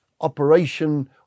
operation